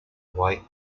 white